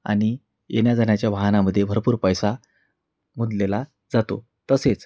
आणि येण्याजाण्याच्या वाहनामध्ये भरपूर पैसा मोजलेला जातो तसेच